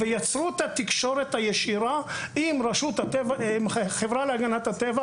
ויצרו את התקשורת הישירה עם החברה להגנת הטבע